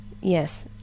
yes